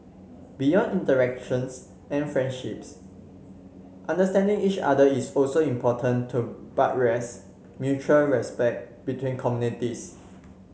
beyond interactions and friendships understanding each other is also important to buttress mutual respect between communities